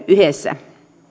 yhdessä